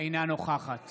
אינה נוכחת